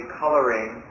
coloring